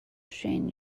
shane